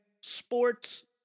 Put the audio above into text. sports